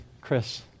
Chris